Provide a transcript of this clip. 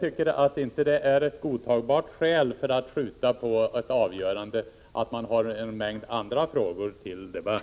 Det är inte ett godtagbart skäl för att skjuta på ett avgörande att man har en mängd andra frågor till debatt.